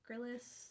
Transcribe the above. Grillis